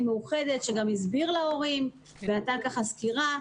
מאוחדת שגם הסביר להורים ונתן סקירה.